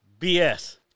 BS